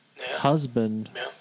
husband